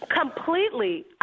Completely